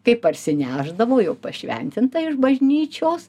kai parsinešdavo jau pašventintą iš bažnyčios